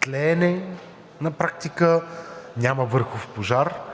тлеене. На практика няма върхов пожар,